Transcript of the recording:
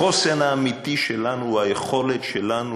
החוסן האמיתי שלנו הוא היכולת שלנו